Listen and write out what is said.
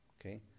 Okay